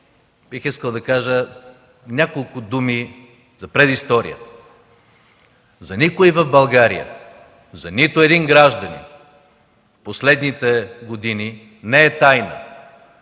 бих искал да кажа няколко думи за предистория. За никой в България, за нито един гражданин в последните години не е тайна,